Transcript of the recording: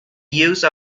use